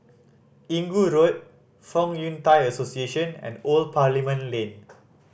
Inggu Road Fong Yun Thai Association and Old Parliament Lane